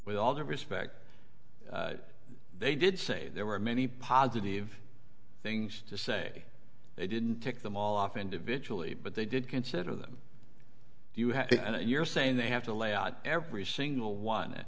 with all due respect they did say there were many positive things to say they didn't take them all off individually but they did consider them do you have and you're saying they have to lay out every single one